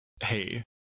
Hey